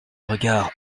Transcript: regard